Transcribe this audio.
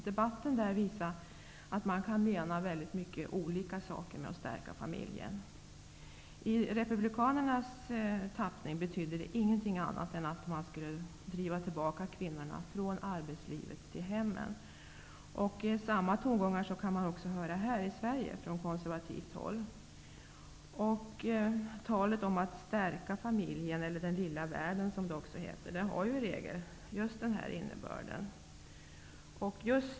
Debatten där visar att man kan mena mycket olika saker med orden: att stärka familjen. I republikanernas tappning betyder det ingenting annat än att driva tillbaka kvinnorna från arbetslivet till hemmen. Samma tongångar hörs även här i Sverige från konservativt håll. Talet om att stärka familjen, eller den lilla världen -- som det också heter -- har i regel just den innebörden.